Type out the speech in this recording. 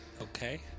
Okay